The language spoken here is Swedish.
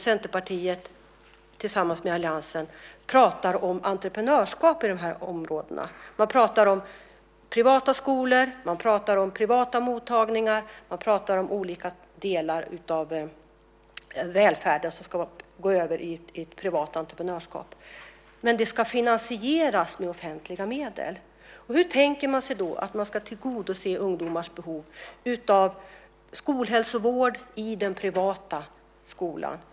Centerpartiet, tillsammans med alliansen, pratar om entreprenörskap på de här områdena. Man pratar om privata skolor, privata mottagningar och att olika delar av välfärden ska gå över i ett privat entreprenörskap, men det ska finansieras med offentliga medel. Hur tänker man sig då att man ska tillgodose ungdomars behov av skolhälsovård i den privata skolan?